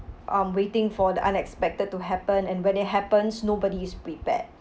um waiting for the unexpected to happen and when it happens nobody is prepared